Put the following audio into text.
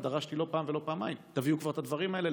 ודרשתי לא פעם ולא פעמיים: תביאו כבר את הדברים האלה.